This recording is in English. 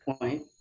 point